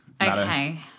Okay